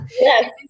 Yes